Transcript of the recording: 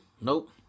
Nope